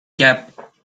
gap